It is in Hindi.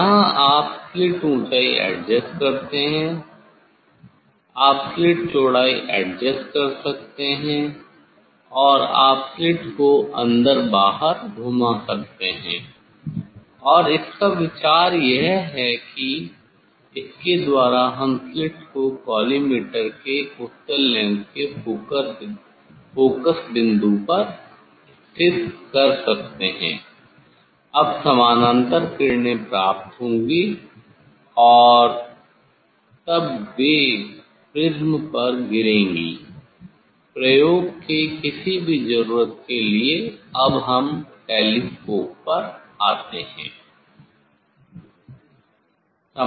यहां आप स्लिट ऊंचाई एडजेस्ट कर सकते हैं आप स्लिट चौड़ाई एडजस्ट कर सकते हैं और आप स्लिट को अंदर बाहर घुमा सकते हैं और इसका विचार यह है कि इसके द्वारा हम स्लिट को कॉलीमेटर के उत्तल लेंस के फोकस बिंदु पर स्थित कर सकते हैं अब समानांतर किरणें प्राप्त होंगी और तब वे प्रिज़्म पर गिरेंगी प्रयोग के किसी भी जरूरत के लिए अब हम टेलीस्कोप पर आते हैं